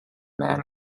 man